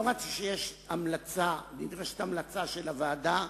לא רק שנדרשת המלצה של הוועדה,